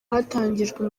hatangijwe